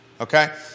Okay